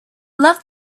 left